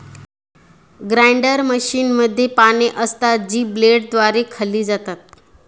grinder मशीनमध्ये पाने असतात, जी ब्लेडद्वारे खाल्ली जातात